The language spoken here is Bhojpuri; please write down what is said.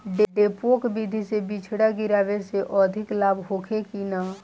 डेपोक विधि से बिचड़ा गिरावे से अधिक लाभ होखे की न?